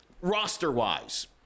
roster-wise